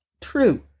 True